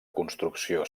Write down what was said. construcció